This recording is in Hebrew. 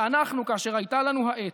ואנחנו, כאשר הייתה לנו העת,